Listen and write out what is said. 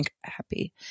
happy